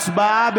הצבעה,